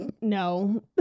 no